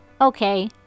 Okay